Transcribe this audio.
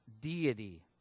deity